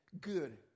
good